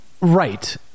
right